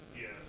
Yes